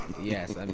Yes